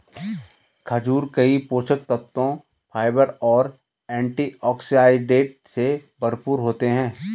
खजूर कई पोषक तत्वों, फाइबर और एंटीऑक्सीडेंट से भरपूर होते हैं